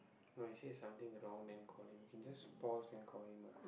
no actually if something wrong then call him we can just pause then call him ah